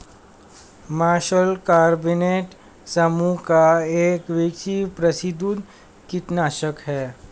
martial carbonate समूह का एक विश्व प्रसिद्ध कीटनाशक है